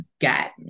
get